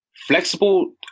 Flexible